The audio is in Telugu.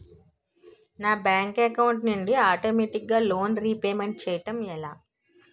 నా బ్యాంక్ అకౌంట్ నుండి ఆటోమేటిగ్గా లోన్ రీపేమెంట్ చేయడం ఎలా?